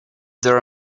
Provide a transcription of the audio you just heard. there